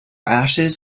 ashes